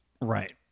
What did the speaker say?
Right